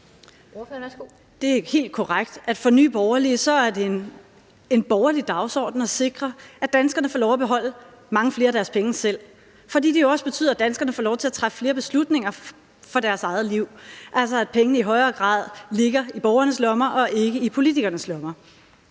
Det er helt korrekt, at for Nye Borgerlige er det en borgerlig dagsorden at sikre, at danskerne får lov at beholde mange flere af deres penge selv, fordi det jo også betyder, at danskerne får lov til at træffe flere beslutninger for deres eget liv, altså at pengene i højere grad ligger i borgernes lommer og ikke i politikernes lommer.